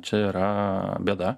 čia yra bėda